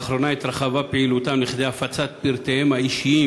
לאחרונה התרחבה פעילותם לכדי הפצת פרטיהם האישיים